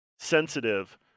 sensitive